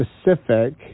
specific